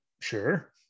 sure